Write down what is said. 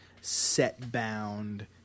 set-bound